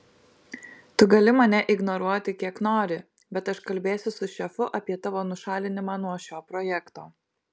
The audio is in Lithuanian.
tu gali mane ignoruoti kiek nori bet aš kalbėsiu su šefu apie tavo nušalinimą nuo šio projekto